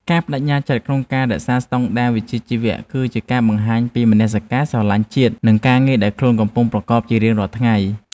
ការប្តេជ្ញាចិត្តក្នុងការរក្សាស្តង់ដារវិជ្ជាជីវៈគឺជាការបង្ហាញពីមនសិការស្រឡាញ់ជាតិនិងការងារដែលខ្លួនកំពុងប្រកបជារៀងរាល់ថ្ងៃ។